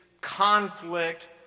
conflict